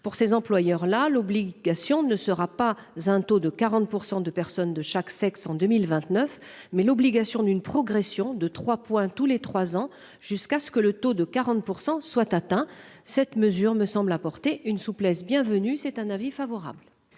pour ses employeurs là l'obligation ne sera pas un taux de 40% de personnes de chaque sexe en 2029 mais l'obligation d'une progression de 3 tous les 3 ans jusqu'à ce que le taux de 40% soit atteint. Cette mesure me semble apporter une souplesse bienvenue c'est un avis favorable.